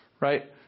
Right